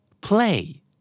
Play